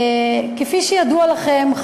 כפי שידוע לכם,